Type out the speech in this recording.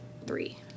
Three